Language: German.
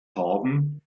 haben